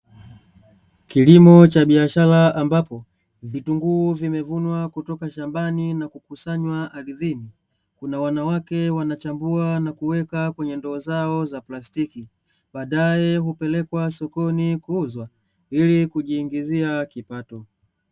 KIlimo cha biashara ambapo, vitunguu vimevunwa kutoka shambani na kukusanywa ardhini. Kuna wanawake wanachambua na kuweka kwenye ndoo zao za plastiki, baadaye hupelekwa sokoni kuuzwa ili kujiingizia kipato.